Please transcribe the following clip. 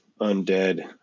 undead